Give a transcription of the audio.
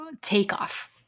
takeoff